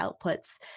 outputs